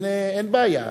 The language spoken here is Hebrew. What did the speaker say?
אין בעיה.